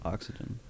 Oxygen